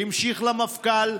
המשיך למפכ"ל,